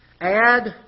add